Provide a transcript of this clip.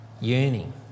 yearning